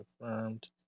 confirmed